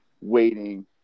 Waiting